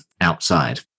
outside